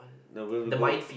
no we have to go